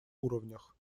уровнях